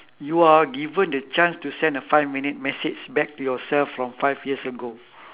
you are given the chance to send a five minute message back to yourself from five years ago